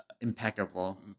Impeccable